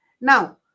Now